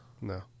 No